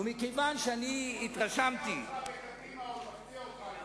עוד נפתיע אותך בקדימה, אני מבטיח לך.